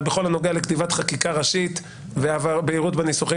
אבל בכל הנוגע לכתיבת חקיקה ראשית ובהירות בניסוחים